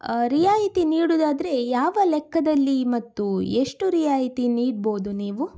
ರಿಯಾಯಿತಿ ನೀಡುವುದಾದ್ರೆ ಯಾವ ಲೆಕ್ಕದಲ್ಲಿ ಮತ್ತು ಎಷ್ಟು ರಿಯಾಯಿತಿ ನೀಡಬಹುದು ನೀವು